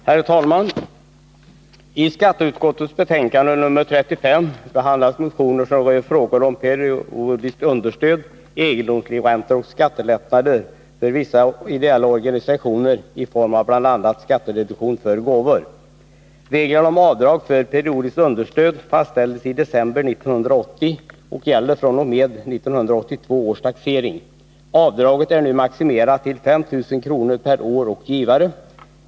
Herr talman! I skatteutskottets betänkande nr 35 behandlas motioner som rör frågor om periodiskt understöd, egendomslivräntor och skattelättnader för vissa ideella organisationer i form av bl.a. skattereduktion för gåvor. Reglerna om avdrag för periodiskt understöd fastställdes i december 1980 och gäller fr.o.m. 1982 års taxering. Avdraget är nu maximerat till 5 000 kr. per år och givare.